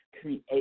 create